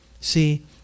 See